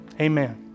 Amen